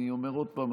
אני אומר עוד פעם,